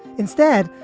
instead,